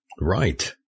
Right